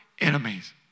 enemies